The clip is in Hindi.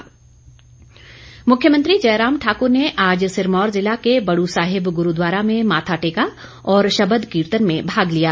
मुख्यमंत्री मुख्यमंत्री जयराम ठाकुर ने आज सिरमौर ज़िला के बड़ू साहिब गुरूद्वारा में माथा टेका और शबद कीर्तन में भाग लिया